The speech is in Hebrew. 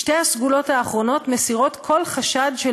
שתי הסגולות האחרונות מסירות כל חשד של